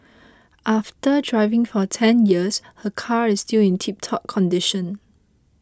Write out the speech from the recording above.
after driving for ten years her car is still in tiptop condition